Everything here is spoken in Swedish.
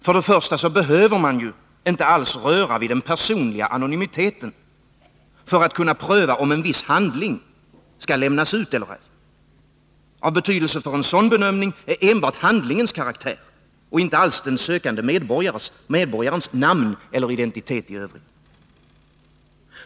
För det första behöver man inte alls röra vid den personliga anonymiteten för att kunna pröva om en viss handling skall lämnas ut eller ej. Av betydelse för en sådan bedömning är enbart handlingens karaktär, inte alls den sökande medborgarens namn eller identitet i övrigt.